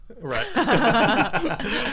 right